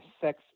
sex